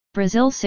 Brazil